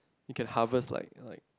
you can harvest like like